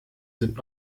sind